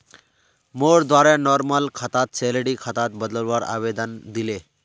मोर द्वारे नॉर्मल खाताक सैलरी खातात बदलवार आवेदन दिले